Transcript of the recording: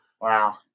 Wow